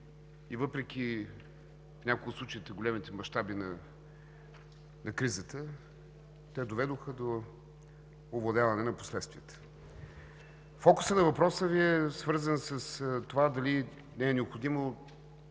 и въпреки в някои от случаите на големите мащаби на кризата, те доведоха до овладяване на последствията. Фокусът на въпроса Ви е свързан с това дали не е необходимо